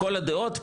לכל הדעות,